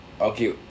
Okay